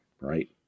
right